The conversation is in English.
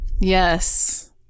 Yes